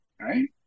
right